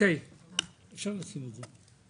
אפשר לשים?